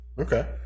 Okay